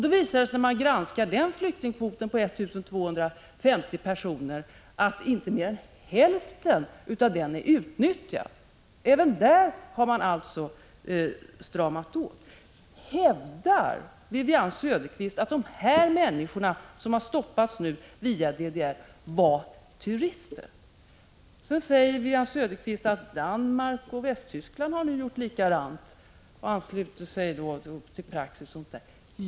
Det visar sig dock när man granskar denna flyktingkvot, som avser 1 250 personer, att inte mer än hälften av den är utnyttjad. Även på den punkten har man alltså stramat åt. Hävdar Wivi-Anne Cederqvist att de människor som velat komma hit via DDR men som nu stoppats var turister? Wivi-Anne Cederqvist säger vidare att Danmark och Västtyskland på samma sätt som Sverige gjort nu har anslutit sig till praxis i detta avseende.